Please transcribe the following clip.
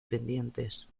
pendientes